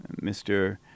Mr